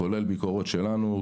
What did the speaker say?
כולל ביקורת שלנו,